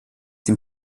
dem